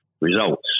results